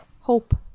Hope